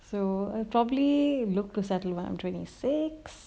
so I probably look to settle when I'm twenty six